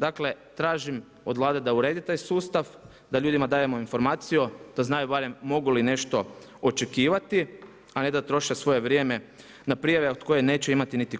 Dakle, tražim od Vlade da uredi taj sustav da ljudima dajemo barem mogu li nešto očekivati, a ne da troše svoje vrijeme na prijave od koje neće imati niti